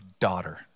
daughter